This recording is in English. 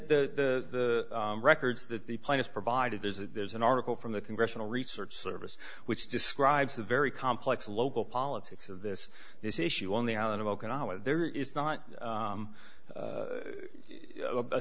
the records that the plan is provided there's a there's an article from the congressional research service which describes a very complex local politics of this this issue on the island of okinawa there is not